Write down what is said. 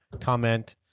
comment